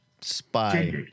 spy